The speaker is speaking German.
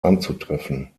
anzutreffen